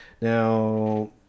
Now